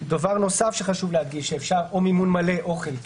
בנוסף, אפשר או מימון מלא או חלקי,